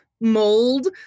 mold